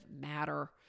matter